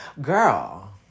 Girl